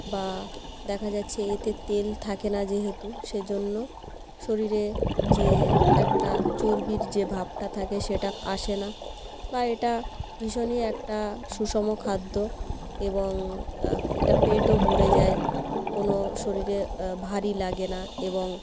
বা দেখা যাচ্ছে এতে তেল থাকে না যেহেতু সেজন্য শরীরে যে একটা চর্বির যে ভাবটা থাকে সেটা আসে না বা এটা ভীষণই একটা সুষম খাদ্য এবং এটা পেটও ভরে যায় কোনো শরীরে ভারী লাগে না এবং